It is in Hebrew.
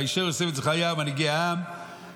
וישאר את יוסף בן זכריה ועזריה מנהיגי העם עם שארית